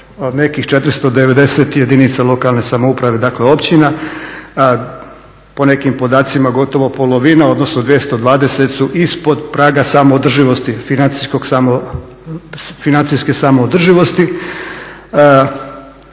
nekih 490 jedinica lokalne samouprave, dakle općina, po nekim podacima gotovo polovina, odnosno 220 su ispod praga samoodrživosti, financijske samoodrživosti.